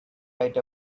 right